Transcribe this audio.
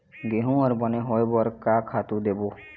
गेहूं हर बने होय बर का खातू देबो?